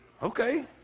Okay